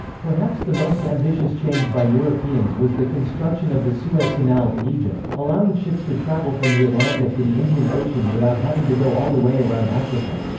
perhaps the most ambitious change by europeans was the construction of the suez canal in egypt, allowing ships to travel from the atlantic to the indian ocean without having to go all the way around africa.